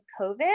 COVID